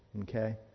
Okay